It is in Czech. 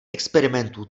experimentů